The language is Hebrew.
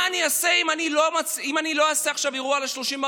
מה אני אעשה אם אני לא אעשה עכשיו אירוע ל-30,